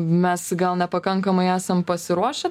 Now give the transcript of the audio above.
mes gal nepakankamai esam pasiruošę